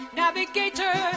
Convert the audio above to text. navigator